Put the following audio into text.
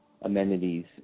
amenities